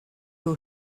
who